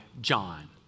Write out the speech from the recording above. John